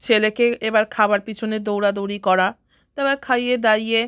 ছেলেকে এবার খাবার পিছনে দৌড়াদৌড়ি করা তারপর খাইয়ে দাইয়ে